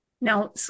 Now